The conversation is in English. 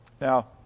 Now